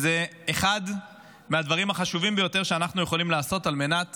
וזה אחד מהדברים החשובים ביותר שאנחנו יכולים לעשות על מנת